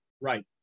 right